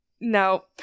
No